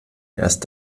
erst